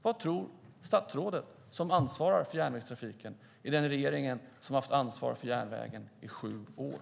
Vad tror statsrådet, som ansvarar för järnvägstrafiken i den regering som haft ansvar för järnvägen i sju år?